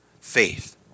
faith